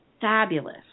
fabulous